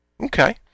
Okay